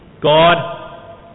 God